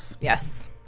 yes